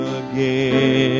again